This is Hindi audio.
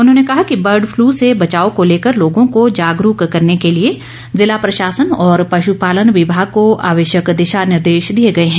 उन्होंने कहा कि बर्ड फ्लू से बचाव को लेकर लोगों को जागरूक करने के लिए ज़िला प्रशासन और पश्पालन विभाग को आवश्यक दिशा निर्देश दिए गए हैं